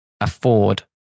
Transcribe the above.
afford